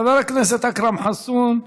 חבר הכנסת אכרם חסון,